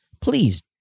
Please